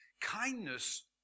Kindness